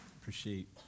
Appreciate